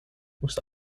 moest